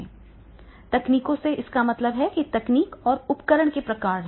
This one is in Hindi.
तकनीकों से इसका मतलब है कि तकनीक और उपकरण के प्रकार हैं